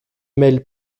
mêle